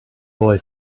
boy